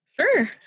Sure